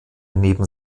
neben